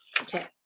Okay